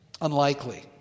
unlikely